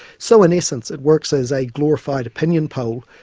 so in essence it works as a glorified opinion poll,